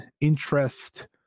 interest